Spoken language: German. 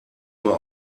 nur